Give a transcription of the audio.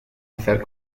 hacer